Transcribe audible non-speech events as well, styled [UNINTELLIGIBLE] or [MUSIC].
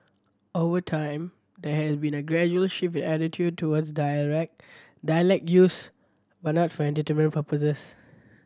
over time there has been a gradual shift in attitudes towards [UNINTELLIGIBLE] dialect use but not for entertainment purposes